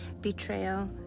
betrayal